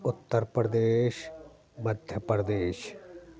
Uttar Pradesh Madhya Pradesh